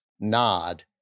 nod